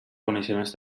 coneixements